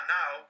now